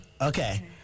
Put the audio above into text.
Okay